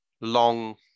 long